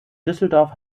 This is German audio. düsseldorf